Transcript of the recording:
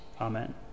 amen